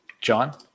John